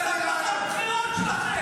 זו הבטחת בחירות שלכם.